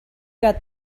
got